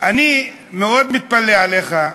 אני מאוד מתפלא עליך,